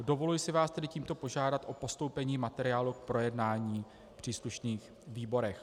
Dovoluji si vás tedy tímto požádat o postoupení materiálu k projednání v příslušných výborech.